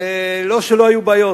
לא שלא היו בעיות,